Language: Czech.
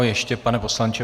Ještě, pane poslanče.